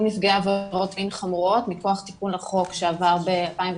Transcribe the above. נפגעי עבירות מין חמורות מכח תיקון החוק שעבר ב-2017